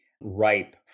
ripe